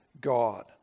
God